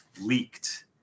leaked